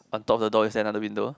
on top of the door is another window